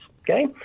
okay